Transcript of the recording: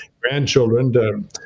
grandchildren